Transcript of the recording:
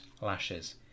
lashes